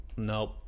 Nope